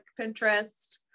pinterest